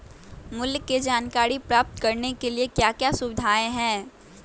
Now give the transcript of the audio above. मूल्य के जानकारी प्राप्त करने के लिए क्या क्या सुविधाएं है?